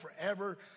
forever